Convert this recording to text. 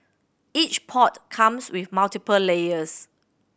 each pot comes with multiple layers